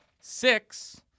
six